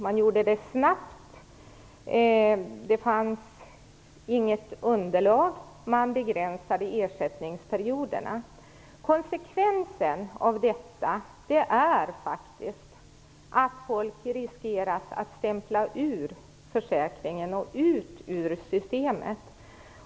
Man gjorde det snabbt, och det fanns inget underlag. Man begränsade ersättningsperioderna. Konsekvensen av detta är faktiskt att folk riskerar att stämplas ut ur försäkringen och ut ur systemet.